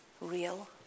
real